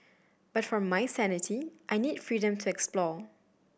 but for my sanity I need freedom to explore